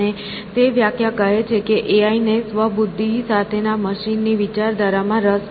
અને તે વ્યાખ્યા કહે છે કે એઆઈ ને સ્વબુદ્ધિ સાથે ના મશીન ની વિચારધારા માં રસ છે